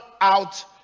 out